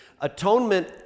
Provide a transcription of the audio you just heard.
atonement